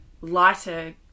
lighter